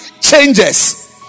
changes